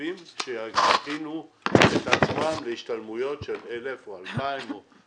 גופים שיכינו את עצמם להשתלמויות של אלף או אלפיים מרכיבים